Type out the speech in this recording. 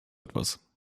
etwas